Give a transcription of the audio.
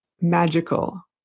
magical